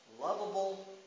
Lovable